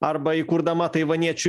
arba įkurdama taivaniečių